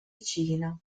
cina